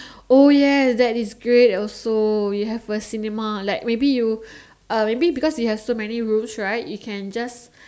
oh yes that is great also you have a cinema like maybe you uh maybe you got so many rooms right you can just